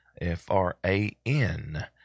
F-R-A-N